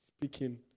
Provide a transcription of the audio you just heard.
speaking